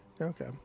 Okay